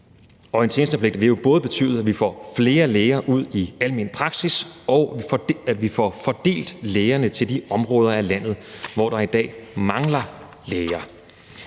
Og en tjenestepligt vil jo både betyde, at vi får flere læger ud i almen praksis, og at vi får fordelt lægerne til de områder af landet, hvor der i dag mangler læger.